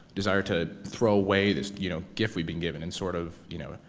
desire to throw away this, you know, gift we've been given and sort of, you know,